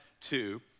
two